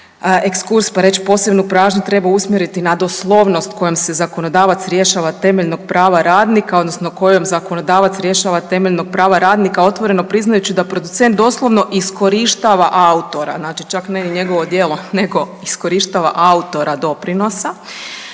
ekskurs pa reći posebnu pažnju treba usmjeriti na doslovnost kojom se zakonodavac rješava temeljnog prava radnika otvoreno priznajući da producent doslovno iskorištava autora. Znači, čak ne ni njegovo djelo, nego iskorištava autora doprinosa.